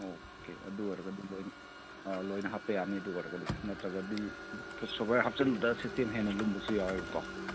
okay ꯑꯗꯨ ꯑꯣꯏꯔꯒꯗꯤ ꯑꯥ ꯂꯣꯏꯅ ꯍꯥꯞꯄ ꯌꯥꯒꯅꯤ ꯑꯗꯨ ꯑꯣꯏꯔꯒꯗꯤ ꯅꯠꯇ꯭ꯔꯒꯗꯤ ꯁꯣꯐꯋꯦꯌꯥꯔ ꯍꯥꯞꯆꯟꯕꯗ ꯁꯤꯁꯇꯦꯝ ꯍꯦꯟꯅ ꯂꯨꯝꯕꯁꯨ ꯌꯥꯎꯋꯦꯕꯀꯣ